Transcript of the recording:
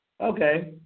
Okay